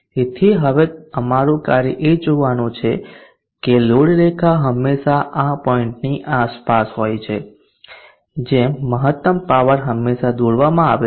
તેથી હવે અમારું કાર્ય એ જોવાનું છે કે લોડ રેખા હંમેશાં આ પોઈન્ટની આસપાસ હોય છે જેમ મહત્તમ પાવર હંમેશા દોરવામાં આવે છે